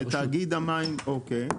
אוקיי.